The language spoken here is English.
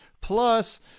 plus